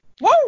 Woo